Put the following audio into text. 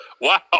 Wow